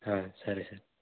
సరే సార్